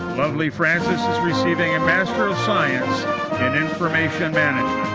lovely-francis is receiving a master of science in information management.